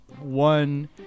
One